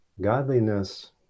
godliness